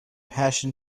passion